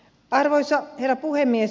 arvoisa herra puhemies